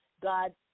God